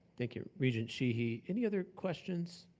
thank you, regent sheehy. any other questions?